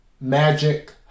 Magic